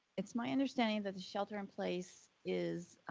it's my understanding that the shelter in place is.